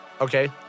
Okay